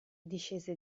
discese